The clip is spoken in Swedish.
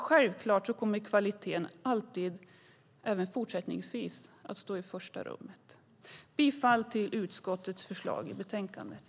Självklart kommer kvaliteten även fortsättningsvis alltid att stå i första rummet. Jag yrkar bifall till utskottets förslag i betänkandet.